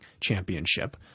championship